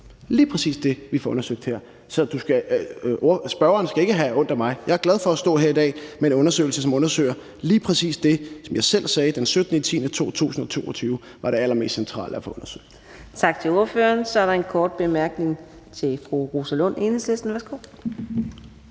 lige præcis det, vi får undersøgt her. Så spørgeren skal ikke have ondt af mig. Jeg er glad for at stå her i dag med en undersøgelse, som undersøger lige præcis det, som jeg selv sagde den 17. oktober 2022 var det allermest centrale at få undersøgt. Kl. 18:40 Fjerde næstformand (Karina Adsbøl): Tak til ordføreren. Så er der en kort bemærkning. Fru Rosa Lund, Enhedslisten,